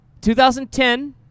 2010